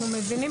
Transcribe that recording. אנחנו מבינים.